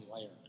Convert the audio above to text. layer